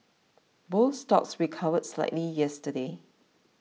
both stocks recovered slightly yesterday